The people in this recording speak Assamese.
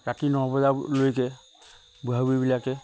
ৰাতি ন বজালৈকে বুঢ়া বুঢ়ীবিলাকে